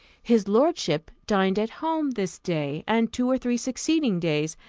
his lordship dined at home this day, and two or three succeeding days,